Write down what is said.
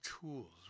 tools